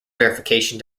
verification